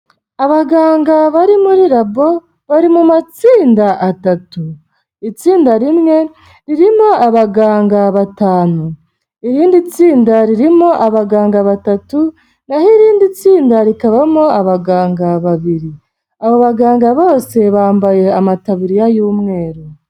Abaganga bari muri labo, bari mu matsinda atatu; itsinda rimwe ririmo abaganga batanu, irindi tsinda ririmo abaganga batatu, naho irindi tsinda rikabamo abaganga babiri, abo baganga bose bambaye amataburiya y'umweru.